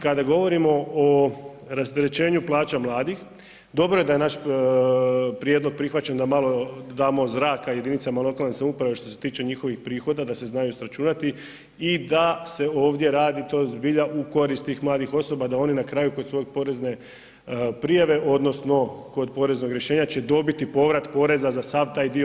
Kada govorimo o rasterećenju plaća mladih, dobro da je naš prijedlog prihvaćen da malo damo zraka jedinicama lokalne samouprave što se tiče njihovih prihoda da se znaju sračunati i da se ovdje radi to zbilja u korist tih mladih osoba da oni na kraju kod svoje porezne prijave, odnosno kod poreznog rješenja će dobiti porez poreza za sav taj dio.